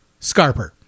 scarper